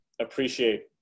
appreciate